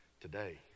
today